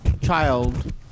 child